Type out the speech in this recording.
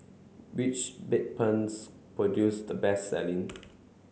which Bedpans produce the best selling